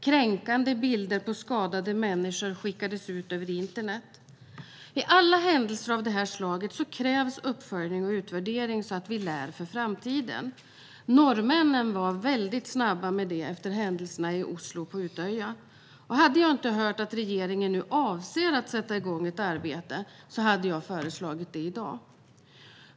Kränkande bilder på skadade skickades ut över internet. Vid alla händelser av det här slaget krävs uppföljning och utvärdering så att vi lär för framtiden. Norrmännen var väldigt snabba med det efter händelserna i Oslo och på Utøya. Hade jag inte hört att regeringen nu avser att sätta igång ett arbete hade jag föreslagit det i dag.